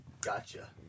Gotcha